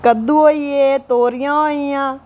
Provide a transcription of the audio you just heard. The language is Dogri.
कद्दू होई गे तोरियां होई गेइयां